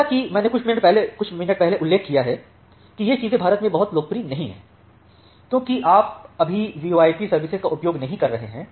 जैसा कि मैंने कुछ मिनट पहले उल्लेख किया है कि ये चीजें भारत में बहुत लोकप्रिय नहीं हैं क्योंकि आप अभी वीओआईपी सर्विसेज का उपयोग नहीं कर रहे हैं